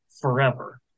forever